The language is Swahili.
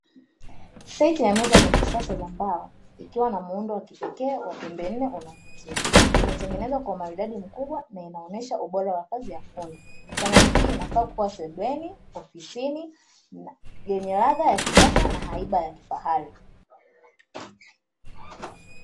Seti ya meza za kisasa za mbao, ikiwa na muundo wa kipekee wa pembe nne unaovutia, imetengenezwa kwa umaridadi mkubwa na inaonyesha ubora wa kazi ya fundi, samani hii inafaa kuwa sebuleni au ofisini yenye ladha ya kisasa na haiba ya kifahari.